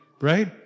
right